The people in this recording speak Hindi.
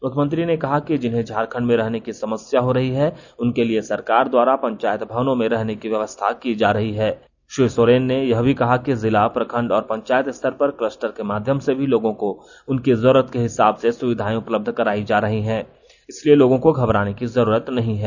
मुख्यमंत्री ने कहा कि जिन्हें झारखंड में रहने की समस्या हो रही है उनके लिए सरकार द्वारा पंचायत भवनों में रहने की व्यवस्था की जा रही है श्री सोरेन ने यह भी कहा कि जिला प्रखंड और और पंचायत स्तर पर क्लस्टर के माध्यम से भी लोगों को उनकी जरूरत के हिसाब से सुविधाएं उपलब्ध कराई जा रही है इसलिए लोगों को घबराने की जरूरत नहीं है